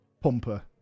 Pumper